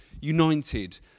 United